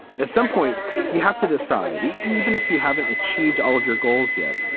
at some point you have to decide, even if you haven't achieved all of your goals yet,